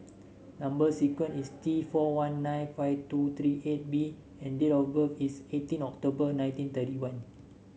number sequence is T four one nine five two three eight B and date of birth is eighteen October nineteen thirty one